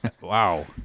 wow